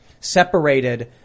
separated